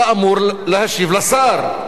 אתה אמור להשיב לשר,